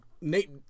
Nate